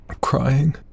crying